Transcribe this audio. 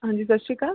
ਹਾਂਜੀ ਸਤਿ ਸ਼੍ਰੀ ਅਕਾਲ